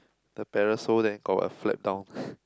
the parasol then got one flap down